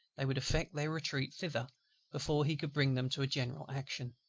they would effect their retreat thither before he could bring them to a general action.